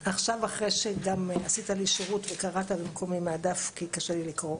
עכשיו אחרי שעשית לי שירות וקראת במקומי מהדף כי קשה לי לקרוא,